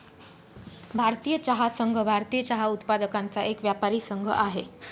भारतीय चहा संघ, भारतीय चहा उत्पादकांचा एक व्यापारी संघ आहे